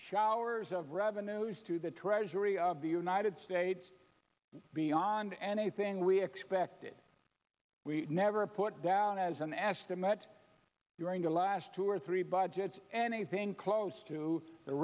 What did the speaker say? showers of revenues to the treasury of the united states beyond anything we expected we never put down as an estimate during the last two or three budgets anything close to the